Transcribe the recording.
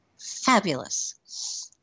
fabulous